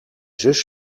zus